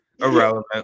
irrelevant